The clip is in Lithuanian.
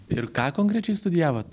ir ką konkrečiai studijavot